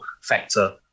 factor